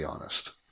honest